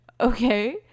Okay